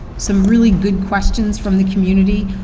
some really good questions from the community.